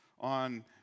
on